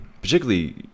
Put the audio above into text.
Particularly